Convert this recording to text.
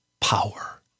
power